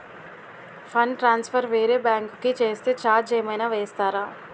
Fund transfer వేరే bank కి చేస్తే ఛార్జ్ ఏమైనా వేస్తారా?